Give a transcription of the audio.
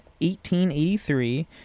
1883